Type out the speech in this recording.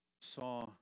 saw